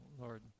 Lord